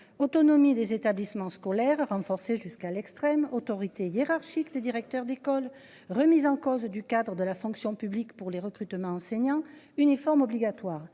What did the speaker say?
autonomie des établissements scolaires renforcer jusqu'à l'extrême autorité hiérarchique, les directeurs d'école remise en cause du Cadre de la fonction publique pour les recrutements enseignants uniforme obligatoire.